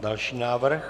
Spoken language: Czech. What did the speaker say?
Další návrh.